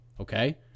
okay